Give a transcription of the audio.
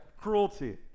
cruelty